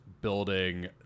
building